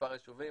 במספר יישובים.